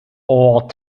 all